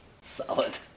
Solid